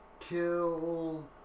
Kill